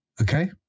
Okay